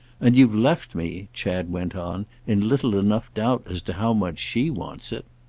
and you've left me, chad went on, in little enough doubt as to how much she wants it.